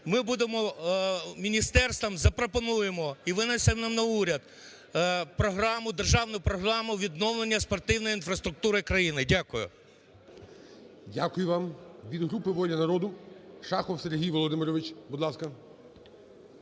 Ми будемо, міністерством запропонуємо і винесемо на уряд програму, державну програму відновлення спортивної інфраструктури країни. Дякую. ГОЛОВУЮЧИЙ. Дякую вам. Від групи "Воля народу" Шахов Сергій Володимирович, будь ласка.